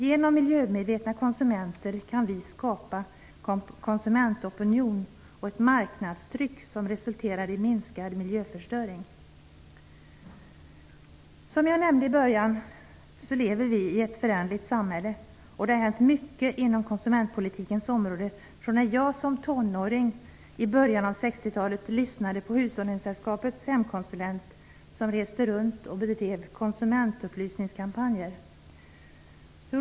Genom miljömedvetna konsumenter kan vi skapa konsumentopinion och ett marknadstryck som resulterar i minskad miljöförstöring. Som jag nämnde i början av mitt anförande lever vi i ett föränderligt samhälle. Det har hänt mycket inom konsumentpolitikens område sedan jag som tonåring i början av 60-talet lyssnade på Hushållningssällskapets hemkonsulent som reste runt och bedrev konsumentupplysningskampanjer.